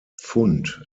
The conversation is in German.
pfund